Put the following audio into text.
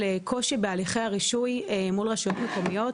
קושי בהליכי הרישוי מולך רשויות מקומיות,